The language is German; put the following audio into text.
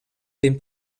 dem